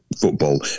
football